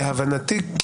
להבנתי,